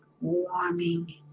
warming